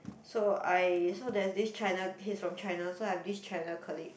so I so there's this China he's from China so I've this China colleague